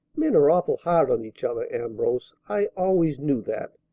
men are awful hard on each other, ambrose. i always knew that.